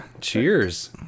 Cheers